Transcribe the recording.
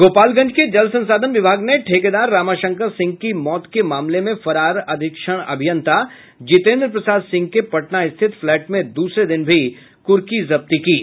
गोपालगंज के जल संसाधन विभाग ने ठेकेदार रामाशंकर सिंह के मौत के मामले में फरार अधीक्षण अभियंता जितेंद्र प्रसाद सिंह के पटना स्थित फ्लैट में दूसरे दिन भी कुर्की जब्ती की गयी